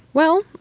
well,